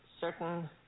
certain